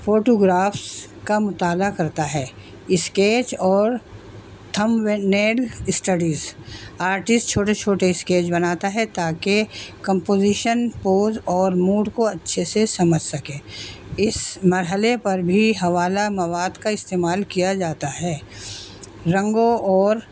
photographs کا مطالعہ کرتا ہے اسکیچ اور تھم وینل اسٹڈیز آرٹسٹ چھوٹے چھوٹے اسکیچ بناتا ہے تاکہ کمپوزیشن پوز اور موڈ کو اچھے سے سمجھ سکے اس مرحلے پر بھی حوالہ مواد کا استعمال کیا جاتا ہے رنگوں اور